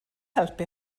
helpu